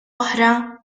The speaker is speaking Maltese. oħra